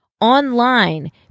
Online